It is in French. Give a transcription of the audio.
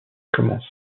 commence